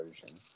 version